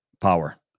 power